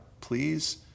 Please